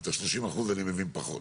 את ה-30% אני מבין פחות.